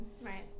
right